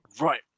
Right